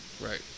right